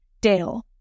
Dale